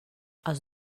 als